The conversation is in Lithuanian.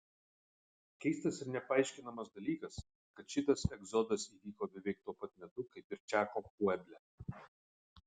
keistas ir nepaaiškinamas dalykas kad šitas egzodas įvyko beveik tuo pat metu kaip ir čako pueble